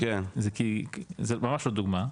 זה ממש לא דוגמה,